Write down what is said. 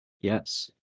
Yes